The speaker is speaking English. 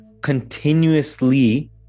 continuously